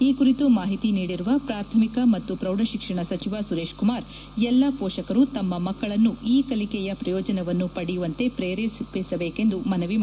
ಈ ಕುರಿತು ಮಾಹಿತಿ ನೀಡಿರುವ ಪ್ರಾಥಮಿಕ ಮತ್ತು ಪ್ರೌಢಶಿಕ್ಷಣ ಸಚಿವ ಸುರೇಶ್ ಕುಮಾರ್ ಎಲ್ಲಾ ಪೋಷಕರು ತಮ್ಮ ಮಕ್ಕಳನ್ನು ಈ ಕಲಿಕೆಯ ಪ್ರಯೋಜನವನ್ನು ಪಡೆಯುವಂತೆ ಪ್ರೇರೇಪಿಸಬೇಕೆಂದು ಮನವಿ ಮಾಡಿದ್ದಾರೆ